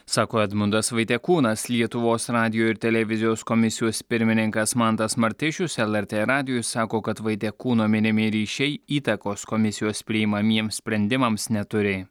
sako edmundas vaitekūnas lietuvos radijo ir televizijos komisijos pirmininkas mantas martišius lrt radijui sako kad vaitekūno minimi ryšiai įtakos komisijos priimamiems sprendimams neturi